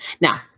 Now